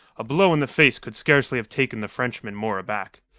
a blow in the face could scarcely have taken the frenchman more aback.